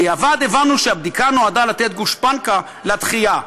בדיעבד הבנו שהבדיקה נועדה לתת גושפנקה לדחייה.